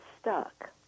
stuck